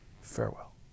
Farewell